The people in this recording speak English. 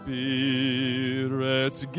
Spirit's